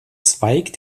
zweig